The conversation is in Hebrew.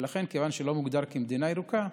ולכן, כיוון שזה לא מוגדר כמדינה ירוקה,